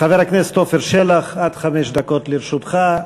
חבר הכנסת עפר שלח, עד חמש דקות לרשותך.